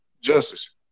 Justice